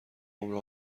عمر